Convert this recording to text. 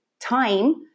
time